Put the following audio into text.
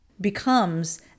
becomes